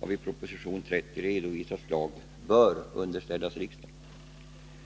av i proposition 30 redovisat slag bör underställas riksdagen.